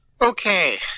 Okay